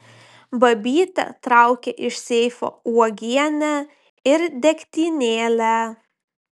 babytė traukia iš seifo uogienę ir degtinėlę